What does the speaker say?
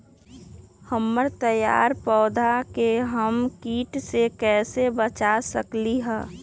हमर तैयार पौधा के हम किट से कैसे बचा सकलि ह?